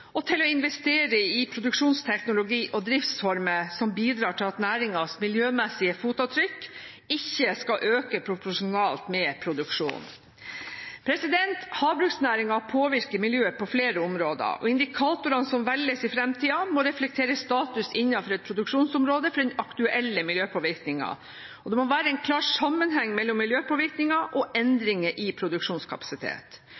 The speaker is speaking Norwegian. og til å investere i produksjonsteknologi og driftsformer som bidrar til at næringens miljømessige fotavtrykk ikke skal øke proporsjonalt med produksjonen. Havbruksnæringen påvirker miljøet på flere områder, og indikatorene som velges i fremtiden, må reflektere status innenfor et produksjonsområde for den aktuelle miljøpåvirkningen. Det må være en klar sammenheng mellom miljøpåvirkningen og endringer i produksjonskapasitet.